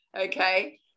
okay